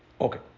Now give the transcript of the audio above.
Okay